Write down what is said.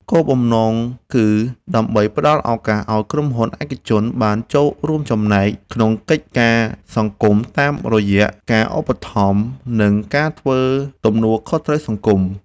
គោលបំណងគឺដើម្បីផ្ដល់ឱកាសឱ្យក្រុមហ៊ុនឯកជនបានចូលរួមចំណែកក្នុងកិច្ចការសង្គមតាមរយៈការឧបត្ថម្ភ និងការធ្វើទំនួលខុសត្រូវសង្គម។